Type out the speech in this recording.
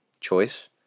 choice